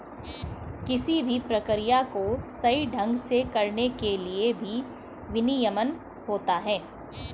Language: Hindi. किसी भी प्रक्रिया को सही ढंग से करने के लिए भी विनियमन होता है